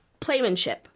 playmanship